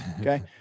Okay